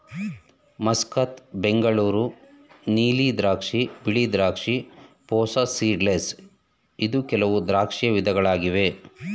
Muscat, Bengaluru ನೀಲಿ ದ್ರಾಕ್ಷಿ, ಬಿಳಿ ದ್ರಾಕ್ಷಿ, ಪೂಸಾ ಸೀಡ್ಲೆಸ್ ಇದು ಕೆಲವು ದ್ರಾಕ್ಷಿಯ ವಿಧಗಳಾಗಿವೆ